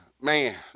man